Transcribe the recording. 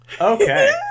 Okay